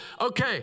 Okay